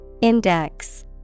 Index